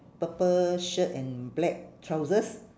purple shirt and black trousers